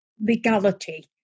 legality